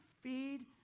feed